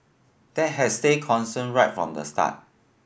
that has stayed constant right from the start